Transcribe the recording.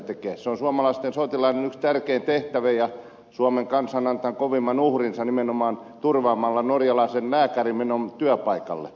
se on suomalaisten sotilaiden yksi tärkeimmistä tehtävistä ja suomen kansa on antanut kovimman uhrinsa nimenomaan turvaamalla norjalaisen lääkärin menon työpaikalle